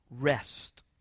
rest